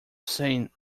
saying